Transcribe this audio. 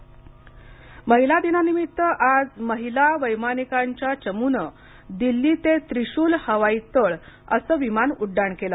हरदीप सिंग परी महिला दिनानिमित्त आज महिला वैमानिकांच्या चमूने दिल्ली ते त्रिशूल हवाई तळ असे विमान उड्डाण केले